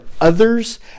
others